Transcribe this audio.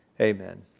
Amen